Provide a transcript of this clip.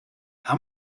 how